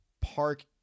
park